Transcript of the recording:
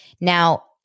Now